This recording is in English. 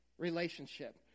relationship